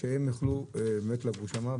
כדי שהם יוכלו לגור שם.